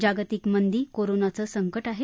जागतिक मंदी कोरोनाचं संकट आहे